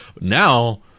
Now